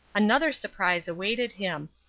another surprise a waited him.